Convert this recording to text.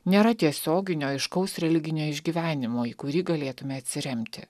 nėra tiesioginio aiškaus religinio išgyvenimo į kurį galėtume atsiremti